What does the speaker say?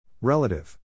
Relative